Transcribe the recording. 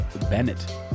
bennett